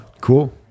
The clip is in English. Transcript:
cool